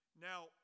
Now